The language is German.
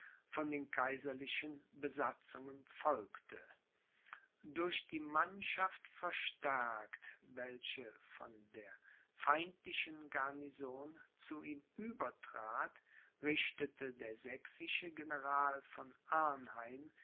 von den kaiserlichen besatzungen folgte durch die mannschaft verstärkt welche von der feindlichen garnison zu ihm übertrat richtete der sächsische general von